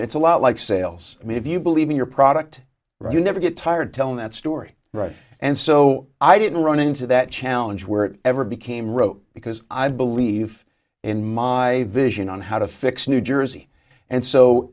it it's a lot like sales i mean if you believe in your product or you never get tired tell that story right and so i didn't run into that challenge where ever became rote because i believe in my vision on how to fix new jersey and so